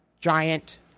giant